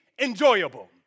enjoyable